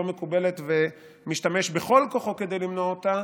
מקובלת ומשתמש בכל כוחו כדי למנוע אותה,